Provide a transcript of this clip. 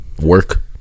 work